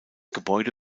gebäude